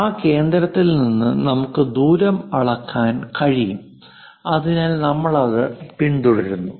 ആ കേന്ദ്രത്തിൽ നിന്ന് നമുക്ക് ദൂരം അളക്കാൻ കഴിയും അതിനാൽ നമ്മൾ അത് പിന്തുടരുന്നു